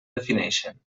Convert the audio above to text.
defineixen